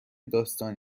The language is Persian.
داستان